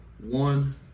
one